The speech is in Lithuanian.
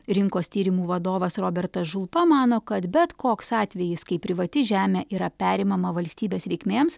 rinkos tyrimų vadovas robertas žulpa mano kad bet koks atvejis kai privati žemė yra perimama valstybės reikmėms